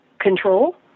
control